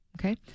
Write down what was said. okay